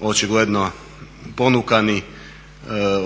Očigledno ponukani